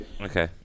Okay